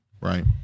right